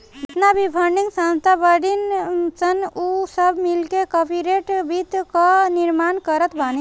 जेतना भी फंडिंग संस्था बाड़ीन सन उ सब मिलके कार्पोरेट वित्त कअ निर्माण करत बानी